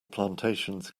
plantations